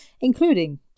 including